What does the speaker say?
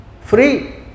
free